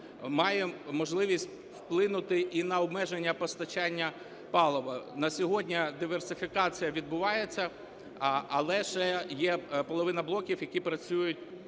має можливість вплинути і на обмеження постачання палива. На сьогодні диверсифікація відбувається, але ще є половина блоків, які працюють